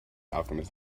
alchemist